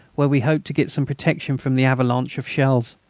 where we hoped to get some protection from the avalanche of shells.